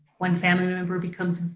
one family member becomes